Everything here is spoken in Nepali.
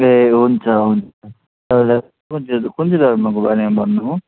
ए हुन्छ हुन्छ तपाईँलाई कुन चाहिँ कुन चाहिँ धर्मको बारेमा भन्नु हो